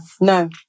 no